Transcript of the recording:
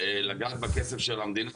לגעת בכסף של המדינה,